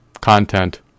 content